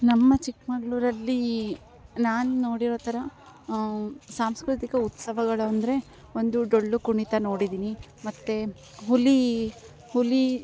ನಮ್ಮ ಚಿಕ್ಕಮಂಗ್ಳೂರಲ್ಲಿ ನಾನು ನೋಡಿರೋ ಥರ ಸಂಸ್ಕೃತಿಕ ಉತ್ಸವಗಳು ಅಂದರೆ ಒಂದು ಡೊಳ್ಳು ಕುಣಿತ ನೋಡಿದ್ದೀನಿ ಮತ್ತು ಹುಲಿ ಹುಲಿ